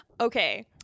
Okay